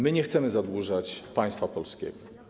My nie chcemy zadłużać państwa polskiego.